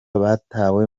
batawe